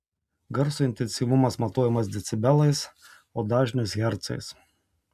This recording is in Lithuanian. garso intensyvumas matuojamas decibelais o dažnis hercais